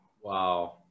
wow